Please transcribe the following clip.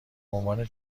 عنوان